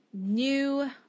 new